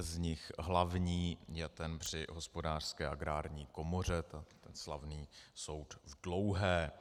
Z nich hlavní je ten při Hospodářské a Agrární komoře, slavný soud v Dlouhé.